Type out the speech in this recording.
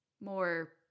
more